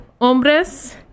Hombres